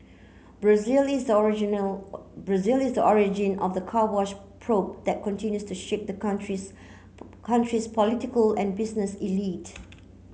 Brazil is the original Brazil is the origin of the Car Wash probe that continues to shake that country's country's political and business elite